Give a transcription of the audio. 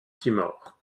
timor